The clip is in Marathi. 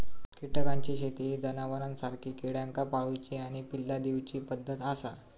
कीटकांची शेती ही जनावरांसारखी किड्यांका पाळूची आणि पिल्ला दिवची पद्धत आसा